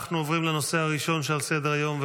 אנחנו עוברים לנושא הראשון שעל סדר-היום,